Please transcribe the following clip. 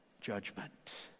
judgment